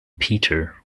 peter